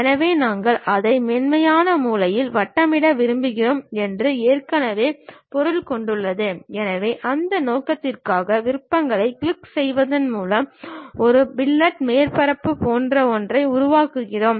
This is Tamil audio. எனவே நாங்கள் அதை ஒரு மென்மையான மூலையில் வட்டமிட விரும்புகிறோம் என்று ஏற்கனவே பொருள் கொண்டுள்ளோம் எனவே அந்த நோக்கத்திற்காக விருப்பங்களைக் கிளிக் செய்வதன் மூலம் ஒரு ஃபில்லட் மேற்பரப்பு போன்ற ஒன்றை உருவாக்குகிறோம்